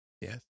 yes